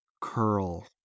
Curl